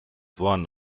one